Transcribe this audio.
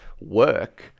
work